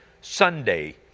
Sunday